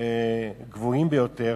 גבוהים ביותר,